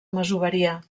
masoveria